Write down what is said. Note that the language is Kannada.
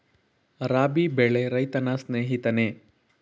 ರಾಬಿ ಬೆಳೆ ರೈತರ ಸ್ನೇಹಿತನೇ?